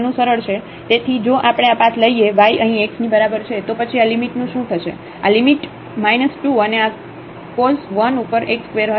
તેથી જો આપણે આ પાથ લઈએ y અહીં x ની બરાબર છે તો પછી આ લિમિટનું શું થશે આ લિમિટ 2 અને આ cos 1 ઉપર x ² હશે